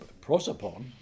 prosopon